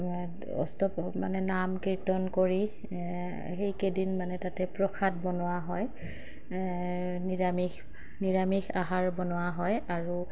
অস্তপহৰ মানে নাম কীৰ্তন কৰি সেইকেইদিন মানে তাতে প্ৰসাদ বনোৱা হয় নিৰামিষ নিৰামিষ আহাৰ বনোৱা হয় আৰু